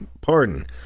Pardon